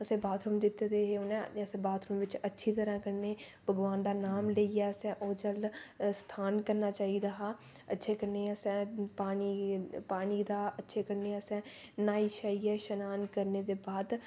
असेंगी बाथरूम दित्ते दे हे उ'नें ते असें बाथरूम बिच अच्छी तरह कन्नै भगवान दा नां लेइयै असें ओह् जल स्थान करना चाहिदा हा अच्छे कन्नै असें पानी पानी दा अच्छे कन्नाै असें न्हाई शाइयै स्नान करने दे बाद